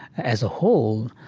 as a whole,